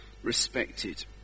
respected